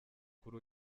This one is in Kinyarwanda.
kuri